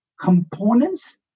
components